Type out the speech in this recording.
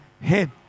head